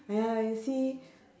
ya you see